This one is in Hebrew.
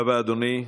תודה רבה, אדוני.